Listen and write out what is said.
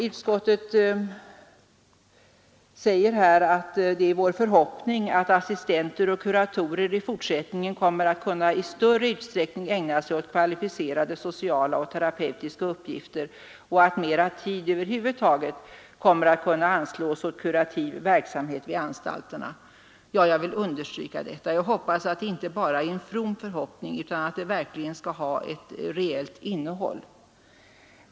Utskottet säger här att det är dess förhoppning att ”assistenter och kuratorer i fortsättningen kommer att kunna i större utsträckning ägna sig åt kvalificerade sociala och terapeutiska uppgifter samtidigt som över huvud taget mer tid kommer att kunna anslås åt kurativ verksamhet vid anstalterna.” Jag vill understryka detta. Jag hoppas att det inte bara är en from förhoppning, utan att det också kommer att få ett reellt innehåll.